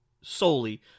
solely